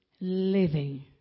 living